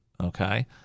Okay